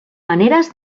maneres